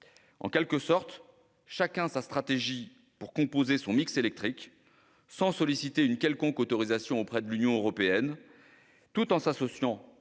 En quelque sorte, chacun avait choisi sa stratégie pour composer son mix électrique, sans solliciter une quelconque autorisation auprès de l'Union européenne, tout en s'associant